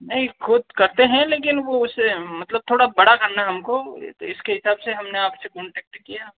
नहीं ख़ुद करते हैं लेकिन वो उस मतलब थोड़ा बड़ा करना है हमको ये तो इसके हिसाब से हमने आपसे कॉनटेक्ट किया